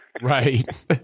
Right